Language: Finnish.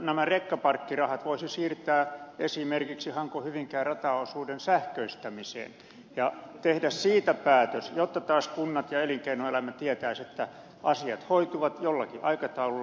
nämä rekkaparkkirahat voisi siirtää esimerkiksi hankohyvinkää rataosuuden sähköistämiseen ja tehdä siitä päätöksen jotta taas kunnat ja elinkeinoelämä tietäisivät että asiat hoituvat jollakin aikataululla